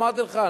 אמרתי לך,